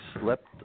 slept